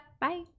Bye